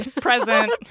Present